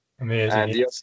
Amazing